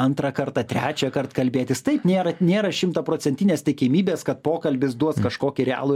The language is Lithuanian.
antrą kartą trečiąkart kalbėtis taip nėra nėra šimtaprocentinės tikimybės kad pokalbis duos kažkokį realų